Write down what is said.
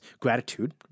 gratitude